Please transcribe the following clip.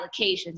allocations